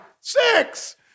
six